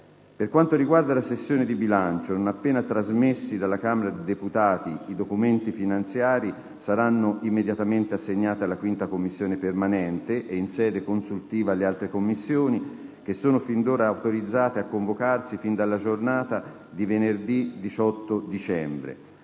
Per quanto riguarda la sessione di bilancio, non appena trasmessi dalla Camera dei deputati, i documenti finanziari saranno immediatamente assegnati alla 5a Commissione permanente e, in sede consultiva, alle altre Commissioni, che sono sin d'ora autorizzate a convocarsi fin dalla giornata di venerdì 18 dicembre.